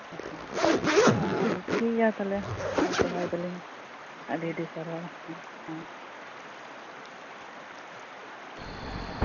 ᱟᱪᱪᱷᱟ ᱴᱷᱤᱠᱜᱮᱭᱟ ᱛᱟᱦᱞᱮ ᱢᱟ ᱫᱚᱦᱚᱭ ᱫᱟᱹᱞᱤᱧ ᱟᱹᱰᱤᱼᱟᱹᱰᱤ ᱥᱟᱨᱦᱟᱣ ᱦᱮᱸ ᱦᱮᱸ